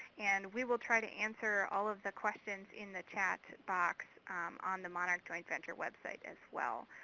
and we will try to answer all of the questions in the chat box on the monarch joint venture website, as well.